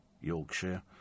Yorkshire